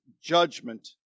judgment